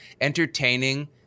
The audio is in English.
entertaining